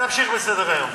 נמשיך בסדר-היום.